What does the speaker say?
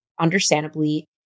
understandably